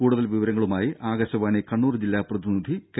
കൂടുതൽ വിവരങ്ങളുമായി ആകാശവാണി കണ്ണൂർ ജില്ലാ പ്രതിനിധി കെ